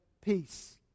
Peace